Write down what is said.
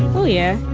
well, yeah.